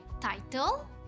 Title